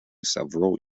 several